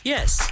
Yes